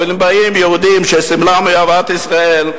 אבל אם באים יהודים שסמלם אהבת ישראל,